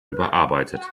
überarbeitet